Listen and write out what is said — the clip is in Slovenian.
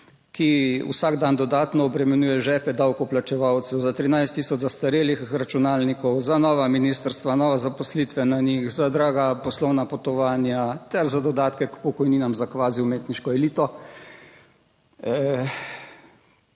ki vsak dan dodatno obremenjuje žepe davkoplačevalcev, za 13 tisoč zastarelih računalnikov, za nova ministrstva, nove zaposlitve na njih, za draga poslovna potovanja ter za dodatke k pokojninam za kvazi umetniško elito,